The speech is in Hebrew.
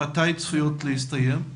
שמתי צפויות להסתיים?